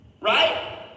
right